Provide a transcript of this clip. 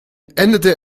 änderte